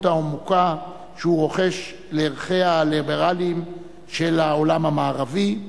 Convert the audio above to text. העמוקה שהוא רוחש לערכי הליברליזם של העולם המערבי,